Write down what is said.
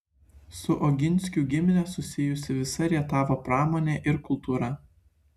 su oginskių gimine susijusi visa rietavo pramonė ir kultūra